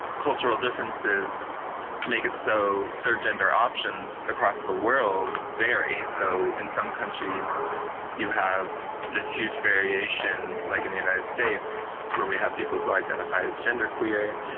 cultural differences make it so third gender options across the world varies. so in some countries you have this huge variation, like in the united states, where we have people who identify as genderqueer,